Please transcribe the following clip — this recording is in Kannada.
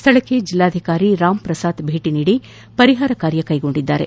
ಸ್ದಳಕ್ಕೆ ಜಿಲ್ಲಾಧಿಕಾರಿ ರಾಮ್ ಪ್ರಸಾತ್ ಭೇಟಿ ನೀಡಿ ಪರಿಹಾರ ಕಾರ್ಯ ಕೈಗೊಂಡಿದ್ದಾರೆ